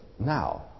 now